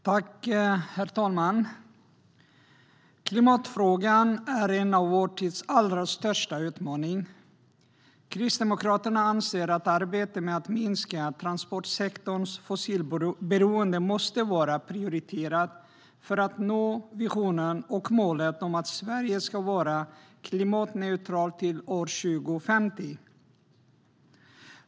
Herr talman! Klimatfrågan är en av vår tids allra största utmaningar. Kristdemokraterna anser att arbetet med att minska transportsektorns fossilberoende måste vara prioriterat för att vi ska nå visionen och målet om att Sverige ska vara klimatneutralt år 2050.